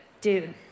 Dude